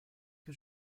que